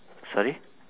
sorry